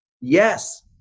yes